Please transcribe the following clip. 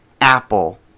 Apple